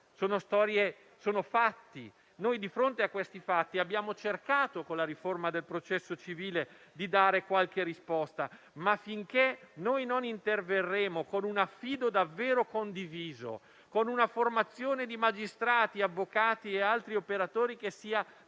vissuta, sono fatti; noi, di fronte a questi fatti, abbiamo cercato, con la riforma del processo civile, di dare qualche risposta, ma finché non interverremo con un affido davvero condiviso e con una formazione di magistrati, avvocati e altri operatori che sia davvero